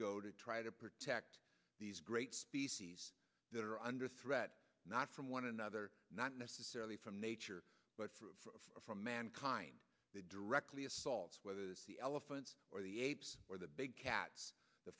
go to try to protect these great species that are under threat not from one another not necessarily from nature but from mankind directly assaults whether the elephants or the apes or the big cats the